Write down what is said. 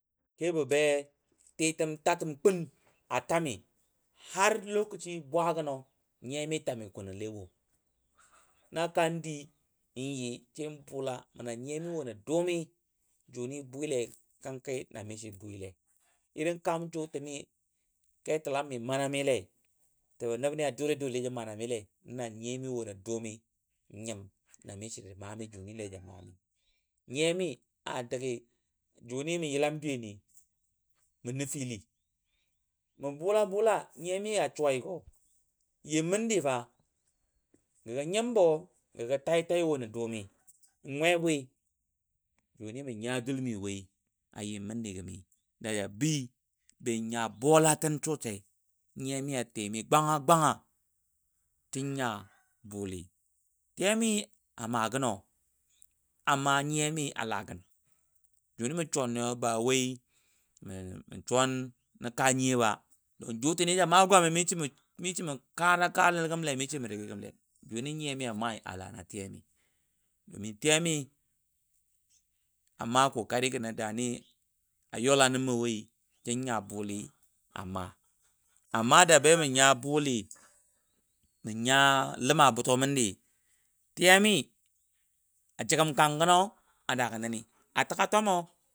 Kebə be titəm tatəm kʊn a tami har lokaci bwagəno nyiyami tami kʊnɔ lewo na kandi nyi saibʊla na nyiyami wo nən dʊmi, jʊni bwilai na mishi bwile irin kaam jʊ tən ni ketəlam mi mana mi lai, təbɔ nəbni a dʊli dʊli ja manami lai na nyiya mi wo nə dʊmi n nyim na mishi ji mami junile ja manami lai. Ana Nyiyami wo nə dʊmi n nyim mishi ja mami junile ja manami lai. Nyiya mi a dəgə juni mə yilam dwiyeni mə nəfili, mə bʊla bʊla nyaya a suwa go məndi fa gəgɔ nyimbɔ gə gɔ tai tai wo nə dʊmi, n bwi jʊni mə nya dʊlmi woi a nyim məndi gəmi, daja bɨɨ n nya bolatən sosai nyiya mi a timi gwanga gwanga tin nya buli. tiya mi maa gənɔ amma nyiya mi a lagən jʊ mə suwan nei ba wai nmə suwan. ka nyiyo ba don jutəni ja maa gwami mishi mə kara kanəlgəm le mi shi mə rage gəm le jʊni nyiya mi amai ala wa tiyamii domin tiyami a maa kokari gəno dani a youla nə mə waidishin nya bʊlii amma da bamə nya bʊli mə nya ləma buto məndi tiyami a jəgəm kang gəno a dagə nəni atəga twamo.